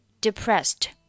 depressed